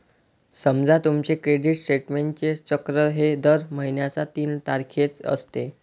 समजा तुमचे क्रेडिट स्टेटमेंटचे चक्र हे दर महिन्याच्या तीन तारखेचे असते